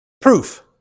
Proof